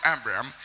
Abraham